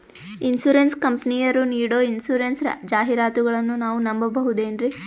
Insurance ಕಂಪನಿಯರು ನೀಡೋ insurance ಜಾಹಿರಾತುಗಳನ್ನು ನಾವು ನಂಬಹುದೇನ್ರಿ?